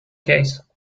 case